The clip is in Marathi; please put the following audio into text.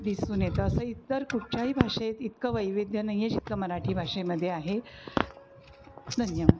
दिसून येत असं इतर कुठच्याही भाषेत इतकं वैविध्य नाही आहे जितकं मराठी भाषेमध्ये आहे धन्यवाद